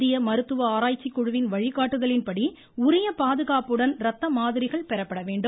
இந்திய மருத்துவ ஆராய்ச்சி குழுவின் வழிகாட்டுதலின்படி உரிய பாதுகாப்புடன் ரத்த மாதிரிகள் பெறப்பட வேண்டும்